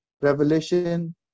revelation